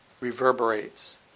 reverberates